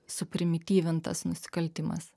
suprimityvintas nusikaltimas